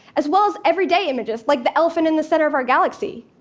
as well as everyday images like the elephant in the center of our galaxy.